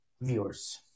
viewers